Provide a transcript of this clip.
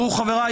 חבריי,